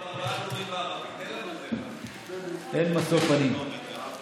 ברשות אדוני יושב-ראש הישיבה,